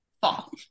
fall